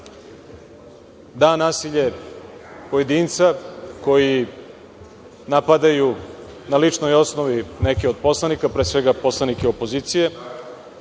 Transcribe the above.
Da, nasilje pojedinca koji napadaju na ličnoj osnovi neke od poslanika, pre svega poslanike opozicije,